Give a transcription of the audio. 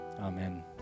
Amen